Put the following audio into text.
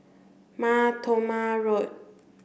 Mar Thoma Road